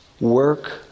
work